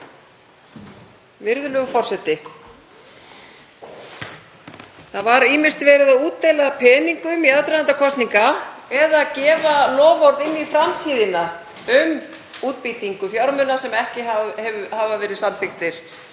Virðulegur forseti. Það var ýmist verið að útdeila peningum í aðdraganda kosninga eða gefa loforð inn í framtíðina um útbýtingu fjármuna sem ekki hafa verið samþykktir